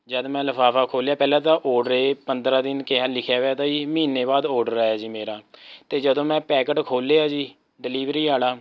ਜਦ ਮੈਂ ਲਿਫਾਫਾ ਖੋਲ੍ਹਿਆ ਪਹਿਲਾਂ ਤਾਂ ਔਰਡਰ ਏ ਪੰਦਰਾਂ ਦਿਨ ਕਿਹਾ ਲਿਖਿਆ ਵਿਆ ਤਾ ਜੀ ਮਹੀਨੇ ਬਾਅਦ ਔਰਡਰ ਆਇਆ ਜੀ ਮੇਰਾ ਅਤੇ ਜਦੋਂ ਮੈਂ ਪੈਕਟ ਖੋਲ੍ਹਿਆ ਜੀ ਡਿਲੀਵਰੀ ਵਾਲ਼ਾ